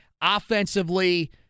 Offensively